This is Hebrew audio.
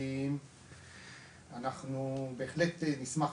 אנחנו בהחלט נשמח,